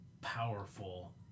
powerful